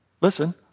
listen